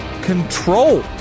control